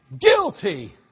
guilty